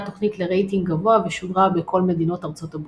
התוכנית לרייטינג גבוה ושודרה בכל מדינות ארצות הברית.